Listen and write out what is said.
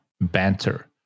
banter